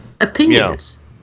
opinions